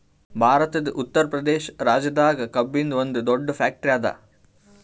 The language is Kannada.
ಭಾರತದ್ ಉತ್ತರ್ ಪ್ರದೇಶ್ ರಾಜ್ಯದಾಗ್ ಕಬ್ಬಿನ್ದ್ ಒಂದ್ ದೊಡ್ಡ್ ಫ್ಯಾಕ್ಟರಿ ಅದಾ